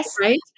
Right